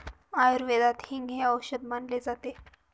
आयुर्वेदात हिंग हे औषध मानले जाते